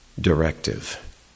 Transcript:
directive